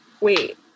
Wait